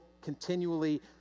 continually